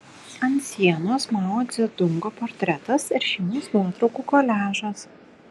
ant sienos mao dzedungo portretas ir šeimos nuotraukų koliažas